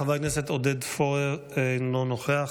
חבר הכנסת עודד פורר, אינו נוכח.